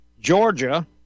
Georgia